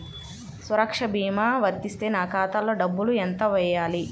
సురక్ష భీమా వర్తిస్తే నా ఖాతాలో డబ్బులు ఎంత వేయాలి?